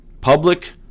public